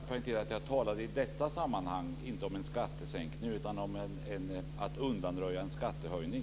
Fru talman! Jag talade i detta sammanhang inte om en skattesänkning, utan jag talade om ett undanröjande av en skattehöjning.